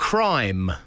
Crime